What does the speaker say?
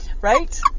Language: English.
Right